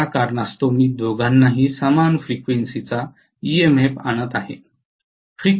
त्या कारणास्तव मी दोघांनाही समान फ्रिक्वेन्सी चा ईएमएफ आणत आहे